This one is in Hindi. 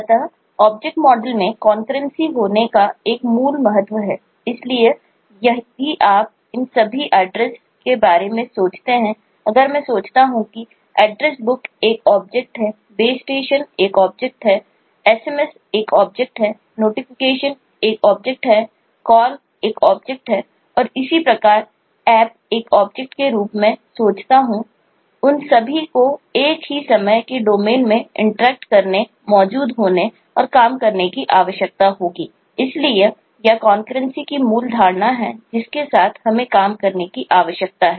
अतः ऑब्जेक्ट मॉडल में कॉन्करेंसी की मूल धारणा है जिसके साथ हमें काम करने की आवश्यकता है